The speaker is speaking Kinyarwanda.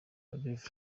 rev